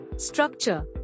Structure